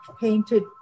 painted